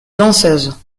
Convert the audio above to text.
danseuse